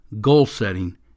goal-setting